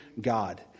God